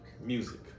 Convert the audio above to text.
music